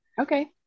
Okay